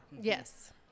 Yes